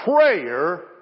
prayer